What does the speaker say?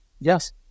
Yes